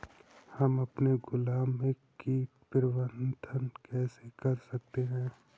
हम अपने गुलाब में कीट प्रबंधन कैसे कर सकते है?